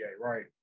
right